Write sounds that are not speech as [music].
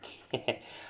[laughs]